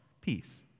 peace